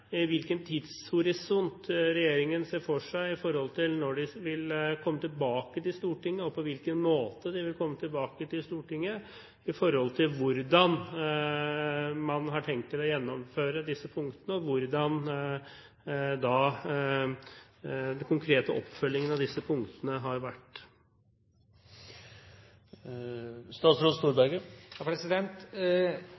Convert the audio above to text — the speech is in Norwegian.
hvilken tidshorisont regjeringen ser for seg med hensyn til når de vil komme tilbake til Stortinget, på hvilken måte de vil komme tilbake til Stortinget når det gjelder hvordan man har tenkt å gjennomføre disse punktene, og hvordan den konkrete oppfølgingen av disse punktene har